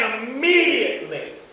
immediately